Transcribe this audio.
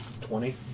Twenty